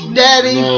daddy